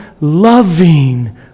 loving